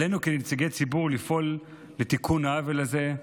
עלינו כנציגי ציבור לפעול לתיקון העוול הזה,